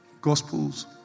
Gospels